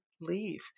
leave